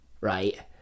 right